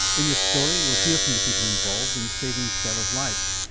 in this story you'll hear from the people involved in saving stella's life.